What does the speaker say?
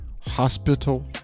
hospital